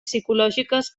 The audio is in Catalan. psicològiques